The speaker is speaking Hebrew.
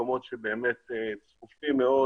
המשמעות היא סופיות גמורה של הרישום במקרקעין.